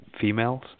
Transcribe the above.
females